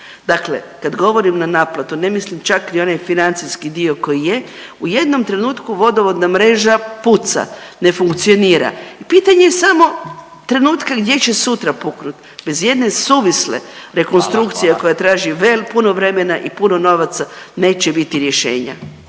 Dakle kad govorim na naplatu, ne mislim čak ni onaj financijski dio koji je, u jednom trenutku vodovodna mreža puca, ne funkcionira. Pitanje je samo trenutka gdje će sutra puknuti. Bez jedne suvisle rekonstrukcije koja .../Upadica: Hvala, hvala./... traži, puno vremena i puno novaca, neće biti rješenja.